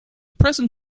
present